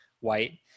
white